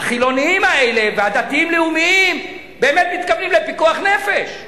החילונים האלה והדתיים-לאומיים באמת מתכוונים לפיקוח נפש.